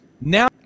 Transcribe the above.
now